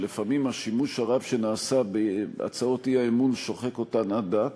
שלפעמים השימוש הרב שנעשה בהצעות האי-אמון שוחק אותן עד דק,